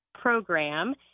program